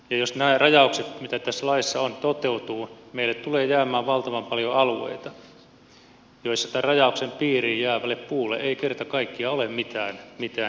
jos nämä rajaukset mitä tässä laissa on toteutuvat meille tulee jäämään valtavan paljon alueita joilla tämän rajauksen piiriin jäävälle puulle ei kerta kaikkiaan ole mitään kysyntää